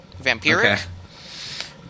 vampiric